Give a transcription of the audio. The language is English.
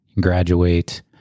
graduate